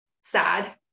sad